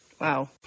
Wow